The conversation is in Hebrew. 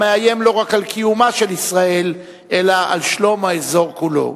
המאיים לא רק על קיומה של ישראל אלא על שלום האזור כולו.